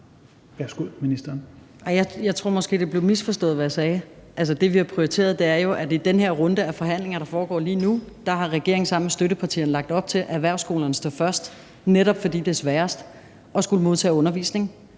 tror måske, at det, jeg sagde, blev misforstået. Det, vi har prioriteret, er, at i den her runde af forhandlingerne, der foregår lige nu, har regeringen sammen med støttepartierne lagt op til, at erhvervsskolerne står først, netop fordi det er sværest at skulle modtage undervisning